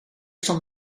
stond